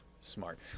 smart